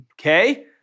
Okay